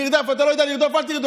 במרדף, אם אתה לא יודע לרדוף, אל תרדוף.